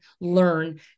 learn